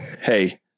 Hey